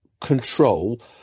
control